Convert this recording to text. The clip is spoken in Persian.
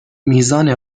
میزان